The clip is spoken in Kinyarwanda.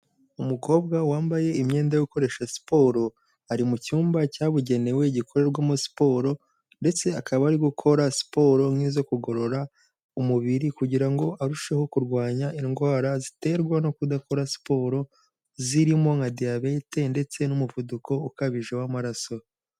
Umukobwa wambaye imyenda yo gukoresha siporo, ari mu cyumba cyabugenewe gikorerwamo siporo ndetse akaba ari gukora siporo nk'izo kugorora umubiri kugira ngo arusheho kurwanya indwara ziterwa no kudakora siporo, zirimo nka diyabete ndetse n'umuvuduko ukabije w'amaraso.